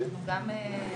אנחנו גם אקטיביים.